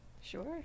Sure